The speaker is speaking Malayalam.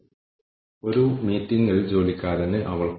പ്രവർത്തനമോ പരിഹാരമോ തിരിച്ചറിയുക അല്ലെങ്കിൽ തിരഞ്ഞെടുക്കുക